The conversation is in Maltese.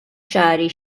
ċari